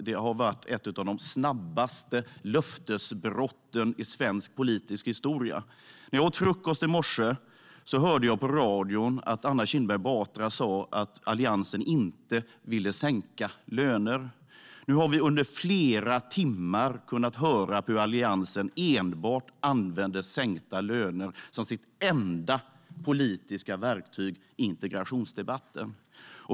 Det måste vara ett av de löften som har gällt kortast tid i svensk politisk historia, för när jag åt frukost i morse hörde jag att Anna Kinberg Batra sa i radio att Alliansen inte vill sänka löner. Nu har vi under flera timmar kunnat höra hur Alliansen använder sänkta löner som sitt enda politiska verktyg i integrationsdebatten.